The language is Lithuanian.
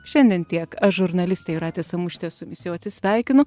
šiandien tiek aš žurnalistė juratė samušytė su jumis jau atsisveikinu